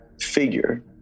figure